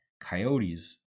coyotes